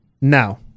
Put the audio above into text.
Now